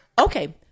okay